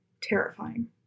Terrifying